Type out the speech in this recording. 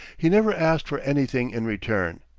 he never asked for anything in return.